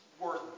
worth